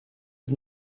het